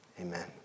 amen